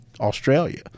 Australia